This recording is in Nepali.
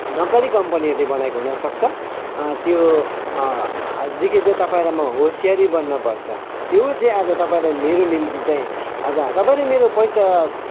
नकली कम्पनीहरूले बनाएको हुनसक्छ त्यो देखि चाहिँ तपाईँ र म होसियारी बन्न पर्छ त्यो चाहिँ आज तपाईँलाई मेरो निम्ति चाहिँ आज तपाईँ र मेरो पैसा